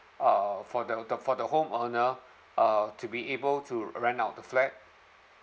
uh for the the for the home owner uh to be able to rent out the flat